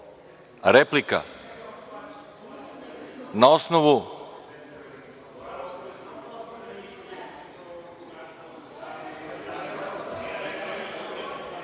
Replika.)Na osnovu